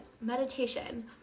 meditation